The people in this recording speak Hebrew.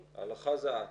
הלכה זה את.